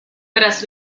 tras